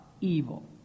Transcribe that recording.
evil